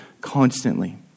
constantly